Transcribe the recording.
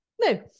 No